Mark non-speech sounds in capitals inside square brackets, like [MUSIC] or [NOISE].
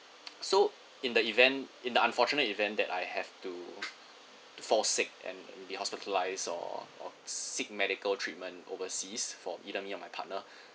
so in the event in the unfortunate event that I have to fall sick and be hospitalised or or seek medical treatment overseas for either me or my partner [BREATH]